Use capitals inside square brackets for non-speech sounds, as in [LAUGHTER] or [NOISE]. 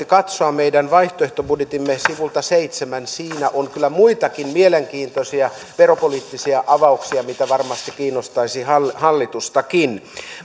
[UNINTELLIGIBLE] katsoa meidän vaihtoehtobudjettimme sivulta seitsemän siinä on kyllä muitakin mielenkiintoisia veropoliittisia avauksia mitkä varmasti kiinnostaisivat hallitustakin